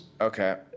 Okay